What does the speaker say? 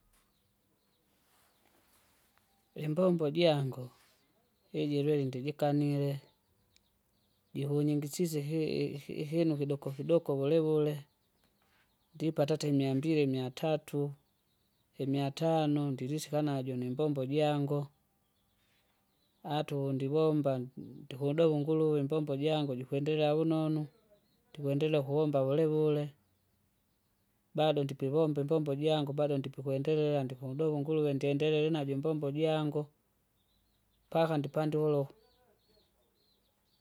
imbombo jangu, iji lwiri ndijikanile, jikunyingisisye ihi- ihi- ihinu fidoko fidoko wulewule, ndipata ata imiambili, imiatatu, imiatano ndilisika najo nimbombo jango. ata undivomba ndu- ndihudoma unguluwe imbombo jangu jikwendelea vunono, ndikwendelea ukuvomba vulevule, bado ndipivomba imbombo jangu bado ndipikwendelea ndikudoma unguluwe ndiendelea najo imbombo jangu, mpaka ndipandulo,